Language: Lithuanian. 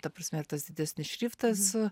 ta prasme ir tas didesnis šriftas